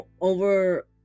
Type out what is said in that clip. over